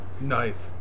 Nice